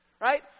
Right